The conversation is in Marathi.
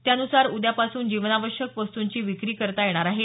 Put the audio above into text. त्यानुसार उद्यापासून जीवनावश्यक वस्तूंची विक्री करता येणार आहे